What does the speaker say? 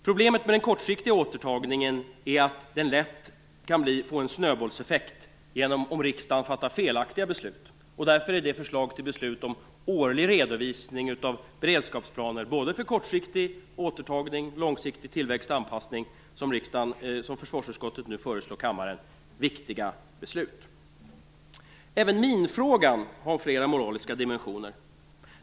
Problemet med den kortsiktiga återtagningen är att den lätt kan få en snöbollseffekt om riksdagen fattar felaktiga beslut. Därför är de beslut om årlig redovisning av beredskapsplaner, både för kortsiktig återtagning och för långsiktig tillväxt och anpassning, som försvarsutskottet nu föreslår kammaren viktiga beslut. Även minfrågan har flera moraliska dimensioner.